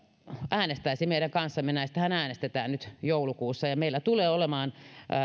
äänestäisi meidän kanssamme näistähän äänestetään nyt joulukuussa meillä tulee olemaan